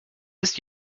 ist